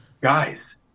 guys